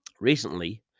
Recently